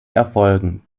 erfolgen